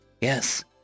Yes